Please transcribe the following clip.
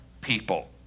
people